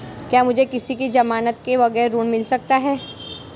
क्या मुझे किसी की ज़मानत के बगैर ऋण मिल सकता है?